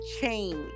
change